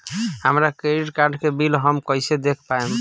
हमरा credit card के bill हम कइसे देख पाएम?